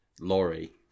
lorry